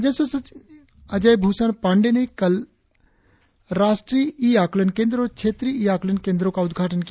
राजस्व सचिव अजय भूषण पाण्डेय ने काल राष्ट्रीय ई आकलन केंद्र और क्षेत्रीय ई आकलन केंद्रों का उद्घाटन किया